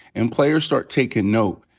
and players start takin' note.